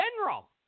general